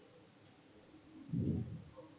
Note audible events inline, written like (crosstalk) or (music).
(breath)